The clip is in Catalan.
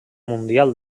mundial